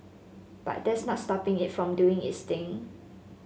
but that's not stopping it from doing its thing